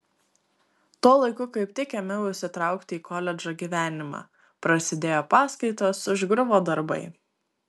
tuo laiku kaip tik ėmiau įsitraukti į koledžo gyvenimą prasidėjo paskaitos užgriuvo darbai